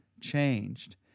changed